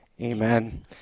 Amen